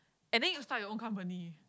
and then you start your own company